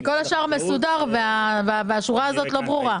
כל השאר מסודר והשורה הזאת לא ברורה,